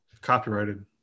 Copyrighted